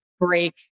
break